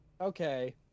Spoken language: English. okay